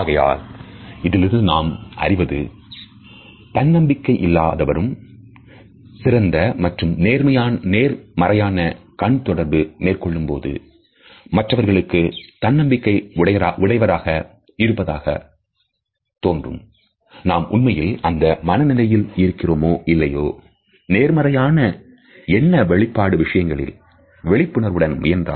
ஆகையால் இதிலிருந்து நாம் அறிவது தன்னம்பிக்கை இல்லாத வரும் சிறந்த மற்றும் நேர்மறையான கண் தொடர்பு மேற்கொள்ளும்போது மற்றவர்களுக்கு தன்னம்பிக்கை உடையவராக இருப்பதாகத் தோன்றும்நாம் உண்மையில் அந்த மனநிலையில் இருக்கிறோமோ இல்லையோ நேர்மறையான என்ன வெளிப்பாடு விஷயத்தில் விழிப்புடன் முயன்றால் வெற்றியடைந்தார் போல் தோன்றும்